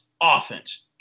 offense